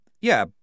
Yeah